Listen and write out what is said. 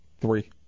Three